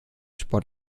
sport